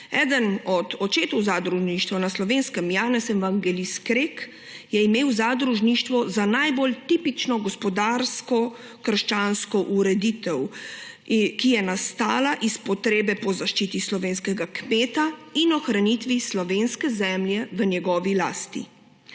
Eden od očetov zadružništva na Slovenskem, Janez Evangelist Krek, je imel zadružništvo za najbolj tipično gospodarsko krščansko ureditev, ki je nastala iz potrebe po zaščiti slovenskega kmeta in ohranitvi slovenske zemlje v njegovi lasti.